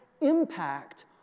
impact